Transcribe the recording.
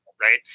right